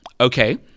okay